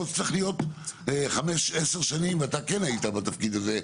יכול להיות שצריך להיות 5-10 שנים ואתה כן היית בתפקיד הזה,